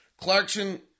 Clarkson